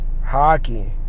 hockey